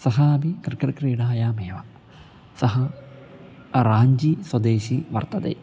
सः अपि क्रिकेट् क्रीडायामेव सः रान्ची स्वदेशी वर्तते